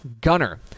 Gunner